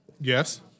Yes